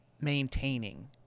maintaining